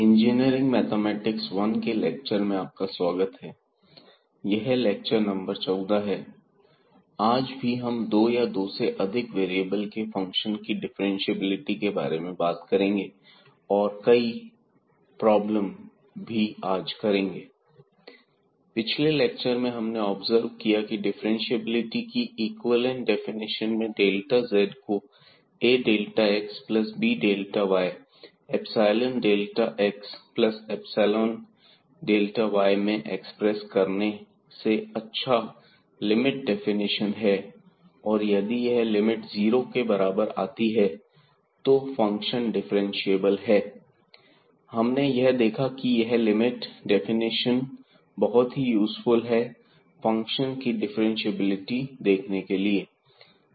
engineering mathematics one के lecture में आपका स्वागत है और यह लेक्चर नंबर 14 है आज भी हम दो या दो से अधिक वेरिएबल के फंक्शन की डिफ्रेंशिएबिलिटी के बारे में बात करेंगे और कई प्रॉब्लम भी आज करेंगे हमने पिछले लेक्चर में यह ऑब्जर्व किया की डिफरेंटशिएबिलिटी की इक्विवेलेंट डेफिनेशन में डेल्टा z को a delta x plus b delta y epsilon delta x plus epsilon delta y मैं एक्सप्रेस करने से अच्छा लिमिट डेफिनेशन है और यदि यह लिमिट जीरो के बराबर आ जाती है तो फंक्शन डिफरेंशिएबल है हमने यह देखा कि यह लिमिट डेफिनेशन बहुत ही यूज़फुल है फंक्शंस की डिफ्रेंशिएबिलिटी देखने के लिए